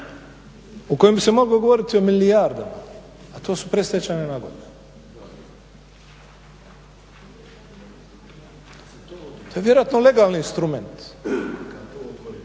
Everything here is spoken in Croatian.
u kojem se moglo govoriti o milijardama, a to su predstečajne nagodbe. To je vjerojatno legalni instrument